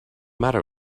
matter